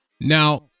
Now